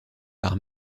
par